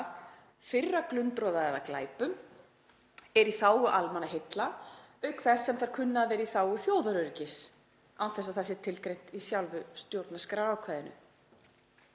firra glundroða eða glæpum, er í þágu almannaheilla auk þess sem þær kunna að vera í þágu þjóðaröryggis, án þess að það sé tilgreint í sjálfu stjórnarskrárákvæðinu.